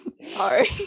sorry